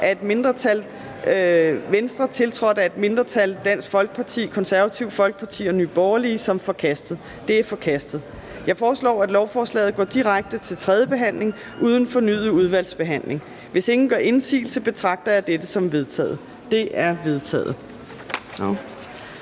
(V), tiltrådt af et mindretal (DF, KF og NB), som forkastet. Det er forkastet. Jeg foreslår, at lovforslaget går direkte til tredje behandling uden fornyet udvalgsbehandling. Hvis ingen gør indsigelse, betragter jeg dette som vedtaget. Det er vedtaget.